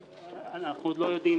ואנחנו עוד לא יודעים